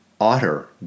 otter